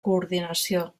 coordinació